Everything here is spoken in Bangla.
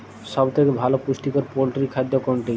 সব থেকে ভালো পুষ্টিকর পোল্ট্রী খাদ্য কোনটি?